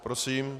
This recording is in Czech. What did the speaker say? Prosím.